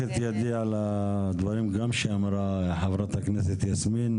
על הדברים שאמרה חברת הכנסת יסמין,